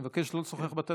אני מבקש לא לשוחח בטלפון.